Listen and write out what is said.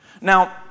Now